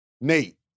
Nate